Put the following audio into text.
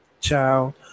Ciao